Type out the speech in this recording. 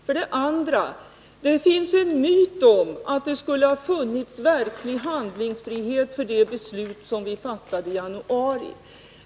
För det andra: Det finns en myt om att det skulle ha funnits verklig handlingsfrihet i vad gäller det beslut som vi fattade nu i januari.